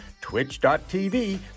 twitch.tv